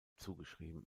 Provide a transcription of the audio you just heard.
zugeschrieben